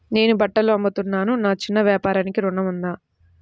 నేను బట్టలు అమ్ముతున్నాను, నా చిన్న వ్యాపారానికి ఋణం ఉందా?